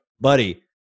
buddy